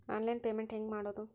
Online payment ಹೆಂಗ್ ಮಾಡೋದು?